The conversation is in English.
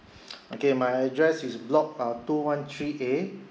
okay my address is block uh two one three A